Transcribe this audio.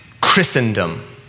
Christendom